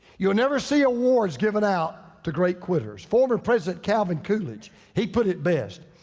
you'll never see awards given out to great quitters. former president calvin coolidge, he put it best.